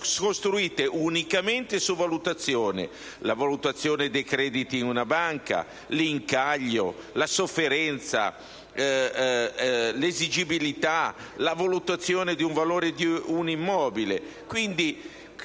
costruito unicamente su valutazioni: la valutazione dei crediti di una banca, l'incaglio, la sofferenza, l'esigibilità, la valutazione del valore di un immobile.